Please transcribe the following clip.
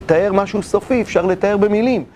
תאר משהו סופי, אפשר לתאר במילים